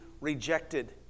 rejected